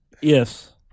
yes